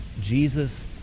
Jesus